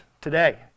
today